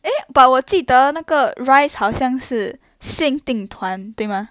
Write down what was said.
eh but 我记得那个 Rise 好像是限定团对吗